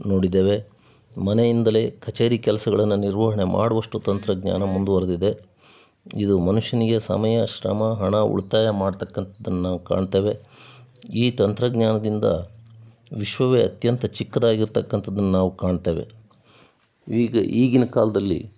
ನೋಡಿದ್ದೇವೆ ಮನೆಯಿಂದಲೇ ಕಚೇರಿ ಕೆಲ್ಸಗಳನ್ನು ನಿರ್ವಹಣೆ ಮಾಡುವಷ್ಟು ತಂತ್ರಜ್ಞಾನ ಮುಂದುವರೆದಿದೆ ಇದು ಮನುಷ್ಯನಿಗೆ ಸಮಯ ಶ್ರಮ ಹಣ ಉಳಿತಾಯ ಮಾಡ್ತಕ್ಕಂಥದ್ದನ್ನು ನಾವು ಕಾಣ್ತೇವೆ ಈ ತಂತ್ರಜ್ಞಾನದಿಂದ ವಿಶ್ವವೇ ಅತ್ಯಂತ ಚಿಕ್ಕದಾಗಿರ್ತಕ್ಕಂಥದ್ದನ್ನು ನಾವು ಕಾಣ್ತೇವೆ ಈಗ ಈಗಿನ ಕಾಲದಲ್ಲಿ